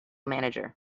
manager